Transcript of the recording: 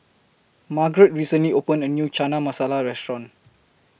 Margret recently opened A New Chana Masala Restaurant